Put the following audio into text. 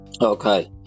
Okay